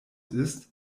ist